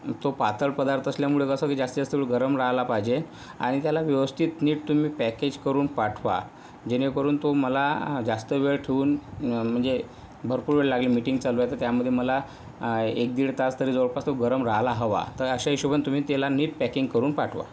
तो पातळ पदार्थ असल्यामुळे कसं जास्तीत जास्त वेळ गरम राहायला पाहिजे आणि त्याला व्यवस्थित नीट तुम्ही पॅकेज करून तुम्ही पाठवा जेणेकरून तो मला जास्त वेळ ठेऊन म्हणजे भरपूर वेळ लागेल मीटिंग चालू आहे तर त्यामुळे मला एक दीड तास तरी जवळपास तो गरम राहायला हवा तर अशा हिशोबानी तुम्ही त्याला नीट पॅकिंग करून पाठवा